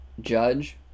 Judge